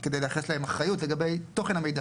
כדי לייחס להם אחריות לגבי תוכן המידע